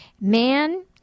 man